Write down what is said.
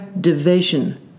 division